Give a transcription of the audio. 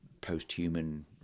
post-human